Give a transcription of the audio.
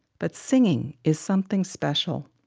but singing is something special.